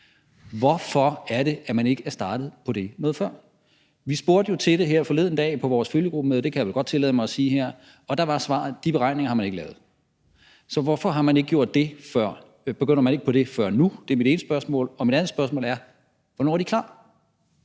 Hvorfor er det, at man ikke er startet på det noget før? Vi spurgte jo til det her forleden dag på vores følgegruppemøde – det kan jeg vel godt tillade mig at sige her – og der var svaret, at de beregninger har man ikke lavet. Så hvorfor har man ikke gjort det før, altså hvorfor er man ikke begyndt på det før nu? Det er mit ene spørgsmål. Mit andet spørgsmål er: Hvornår er de klar?